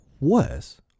worse